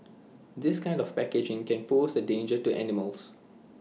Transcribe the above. this kind of packaging can pose A danger to animals